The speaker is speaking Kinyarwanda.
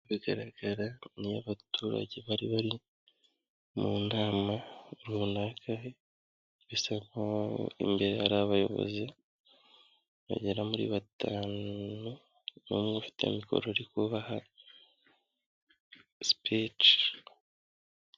Bigaragara nkaho abaturage bari bari mu nama runaka bisa nkaho imbere hari abayobozi bagera kuri batanu bamwe ufite mikoro uri kubaha speech.